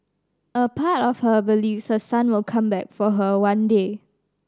a part of her believes her son will come back for her one day